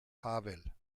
havel